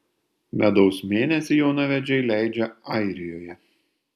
medaus mėnesį jaunavedžiai leidžia airijoje